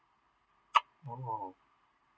oh okay